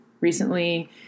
recently